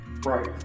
right